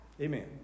Amen